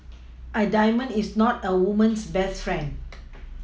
a diamond is not a woman's best friend